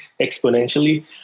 exponentially